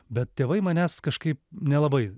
bet tėvai manęs kažkaip nelabai